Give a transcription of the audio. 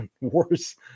worse